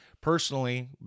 personally